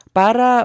para